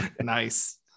nice